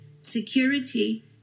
security